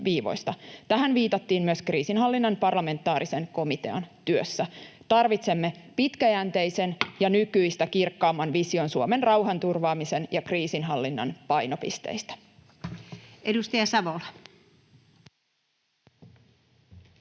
Tähän viitattiin myös kriisinhallinnan parlamentaarisen komitean työssä. Tarvitsemme pitkäjänteisen ja nykyistä kirkkaamman vision Suomen rauhanturvaamisen ja kriisinhallinnan painopisteistä. [Speech